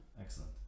Excellent